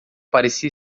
parecia